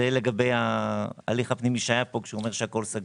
זה לגבי ההליך הפנימי שהיה פה כשהוא אומר שהכול סגור.